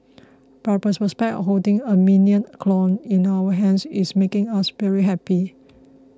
but the prospect of holding a Minion clone in our hands is making us very happy